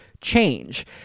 change